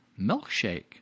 Milkshake